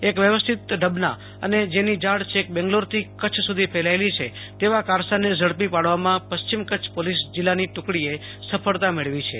એક વ્યવસ્થિત ઢબના અને જેની જાળ છેક બેંગ્લોરથી કચ્છ સુધી ફેલાયેલી છે તેવા કારસાને ઝડપી પાડવામાં પશ્ચિમ કચ્છ પોલીસ જિલ્લાની ટુકડીએ સફળતા મેળવી છે